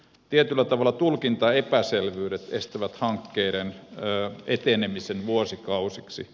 tietyllä tavalla tulkintaepäselvyydet estävät hankkeiden etenemisen vuosikausiksi